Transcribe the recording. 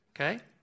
okay